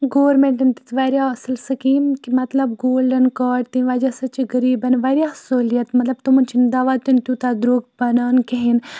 گورمٮ۪نٛٹَن دِتۍ واریاہ اَصٕل سِکیٖم کہِ مَطلب گولڈَن کارڈ تَمہِ وجہ سۭتۍ چھِ غریٖبَن واریاہ سہوٗلیت مطلَب تِمَن چھِنہٕ دَوا تہِ نہٕ تیوٗتاہ درٛوٚگ بَنان کِہیٖنۍ